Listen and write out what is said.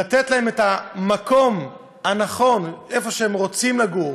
לתת להם את המקום הנכון, איפה שהם רוצים לגור